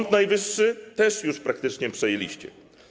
Sąd Najwyższy też już praktycznie przejęliście.